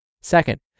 Second